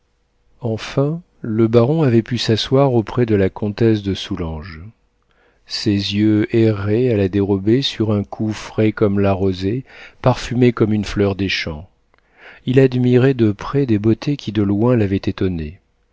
enfin le baron avait pu s'asseoir auprès de la comtesse de soulanges ses yeux erraient à la dérobée sur un cou frais comme la rosée parfumé comme une fleur des champs il admirait de près des beautés qui de loin l'avaient étonné